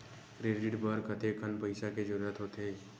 Credit बर कतेकन पईसा के जरूरत होथे?